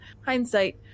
hindsight